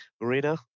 Marina